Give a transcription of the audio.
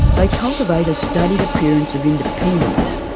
they cultivate a studied appearance of independence,